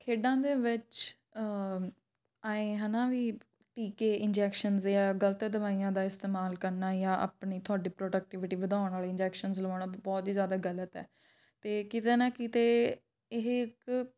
ਖੇਡਾਂ ਦੇ ਵਿੱਚ ਆਏਂ ਹੈ ਨਾ ਵੀ ਟੀਕੇ ਇੰਜੈਕਸ਼ਨਸ ਜਾਂ ਗਲਤ ਦਵਾਈਆਂ ਦਾ ਇਸਤੇਮਾਲ ਕਰਨਾ ਜਾਂ ਆਪਣੇ ਤੁਹਾਡੇ ਪ੍ਰੋਡਕਟੀਵਿਟੀ ਵਧਾਉਣ ਵਾਲੀਆਂ ਇੰਜੈਕਸ਼ਨਸ ਲਵਾਣਾ ਬਹੁਤ ਹੀ ਜ਼ਿਆਦਾ ਗਲਤ ਹੈ ਅਤੇ ਕਿਤੇ ਨਾ ਕਿਤੇ ਇਹ ਇੱਕ